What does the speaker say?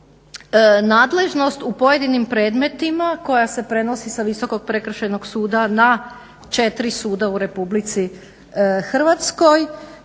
Nadležnost u pojedinim predmetima koja se prenosi sa Visokog prekršajnog suda na četiri suda u RH je